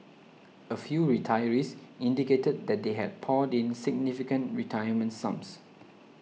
a few retirees indicated that they had poured in significant retirement sums